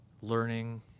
learning